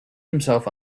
himself